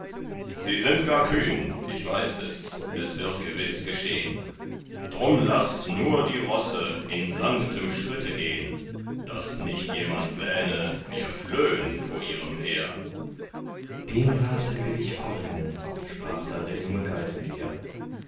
sie sind gar kühn ich weiß es es wird gewiß geschehn drum laßt nur die rosse in sanftem schritte gehn daß nicht jemand wähne wir flöhn vor ihrem heer dem rate will ich folgen sprach da der junge geiselher